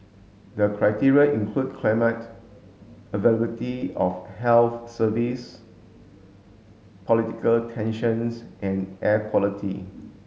the criteria include climate availability of health service political tensions and air quality